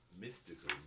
mystical